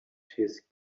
his